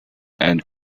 and